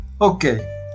Okay